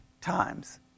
times